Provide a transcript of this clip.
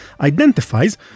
identifies